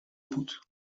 بود